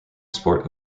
sport